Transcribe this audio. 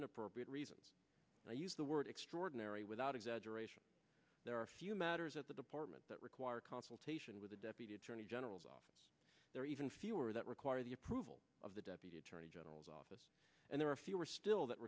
inappropriate reasons to use the word extraordinary without exaggeration there are a few matters at the department that require consultation with the deputy attorney general's office there are even fewer that require the approval of the deputy attorney general's office and there are fewer still that